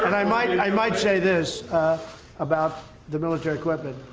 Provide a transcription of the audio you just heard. and i might and i might say this about the military equipment.